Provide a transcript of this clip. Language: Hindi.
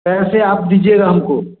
पैसे आप दीजिएगा हमको